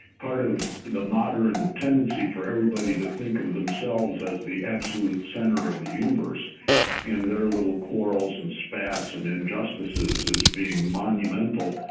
part of the modern tendency for everybody to think of themselves as the absolute center of the universe and their little quarrels and spats and injustices as being monumental